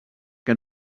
que